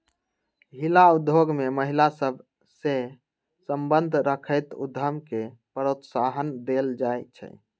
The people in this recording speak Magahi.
हिला उद्योग में महिला सभ सए संबंध रखैत उद्यम के प्रोत्साहन देल जाइ छइ